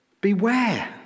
Beware